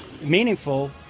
meaningful